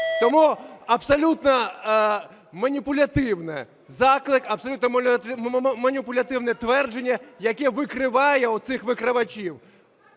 Тому абсолютно маніпулятивний заклик, абсолютно маніпулятивне твердження, яке викриває оцих викривачів.